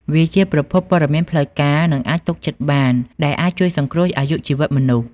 វាជាប្រភពព័ត៌មានផ្លូវការ និងអាចទុកចិត្តបាន ដែលអាចជួយសង្គ្រោះអាយុជីវិតមនុស្ស។